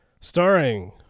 Starring